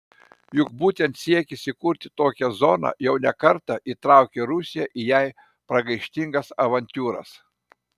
juk būtent siekis įkurti tokią zoną jau ne kartą įtraukė rusiją į jai pragaištingas avantiūras